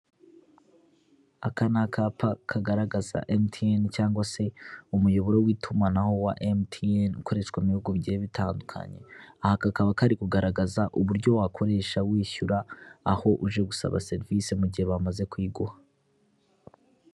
Aka ni akapa kagaragaza emutiyene cyangwa se umuyoboro w'itumanaho wa emutiyene ukoreshwa mu bihugugiye bitandukanye, aha kakaba kari kugaragaza uburyo wakoresha wishyura aho uje gusaba serivisi mu gihe bamaze kuyiguha.